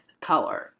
color